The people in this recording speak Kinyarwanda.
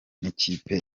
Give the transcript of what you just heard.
n’ikipe